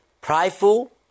prideful